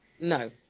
No